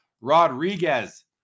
Rodriguez